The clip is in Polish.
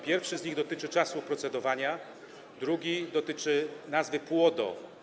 Pierwszy z nich dotyczy czasu procedowania, a drugi dotyczy nazwy PUODO.